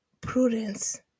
prudence